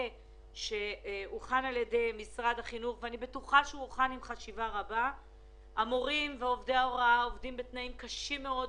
אני יודעת שהמורים ועובדי ההוראה עובדים בתנאים קשים מאוד,